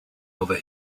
over